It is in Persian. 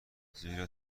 زیرا